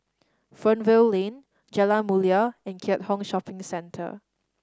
Fernvale Lane Jalan Mulia and Keat Hong Shopping Centre